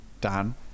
dan